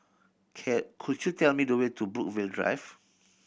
can could you tell me the way to Brookvale Drive